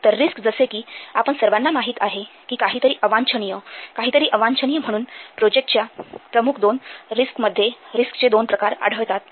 तर रिस्क जसे की आपण सर्वांना माहित आहे कि काहीतरी अवांछनीय काहीतरी अवांछनीय म्हणून प्रोजेक्टच्या प्रमुख दोन रिस्क्समध्ये रिस्कचे दोन प्रकार आढळतात